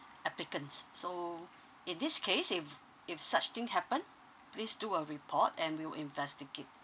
applicants so in this case if if such thing happen please do a report and we'll investigate